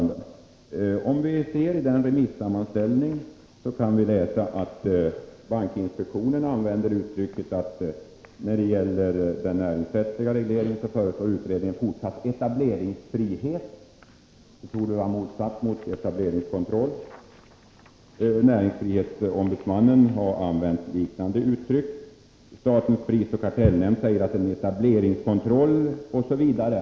Den som läser remissammanställningen finner att bankinspektionen anför att när det gäller den här näringsrättsliga regleringen så föreslår utredningen fortsatt etableringsfrihet. Det torde vara motsatsen till etableringskontroll. Näringsfrihetsombudsmannen har använt liknande uttryck. Statens prisoch kartellnämnd säger ”att en etableringskontroll”, osv.